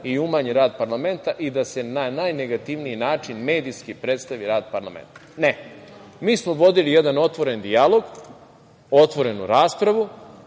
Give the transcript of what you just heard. i umanji rad parlamenta i da se na najnegativniji način medijski predstavi rad parlamenta. Ne, mi smo vodili jedan otvoren dijalog, otvorenu raspravu,